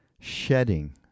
shedding